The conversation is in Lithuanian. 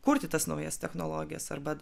kurti tas naujas technologijas arba